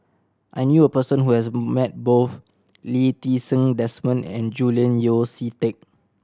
I knew a person who has met both Lee Ti Seng Desmond and Julian Yeo See Teck